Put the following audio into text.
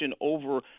over